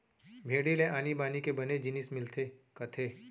भेड़ी ले आनी बानी के बने जिनिस मिलथे कथें